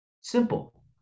Simple